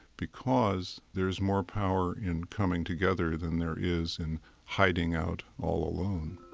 because there's more power in coming together than there is in hiding out all alone